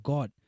God